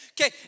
Okay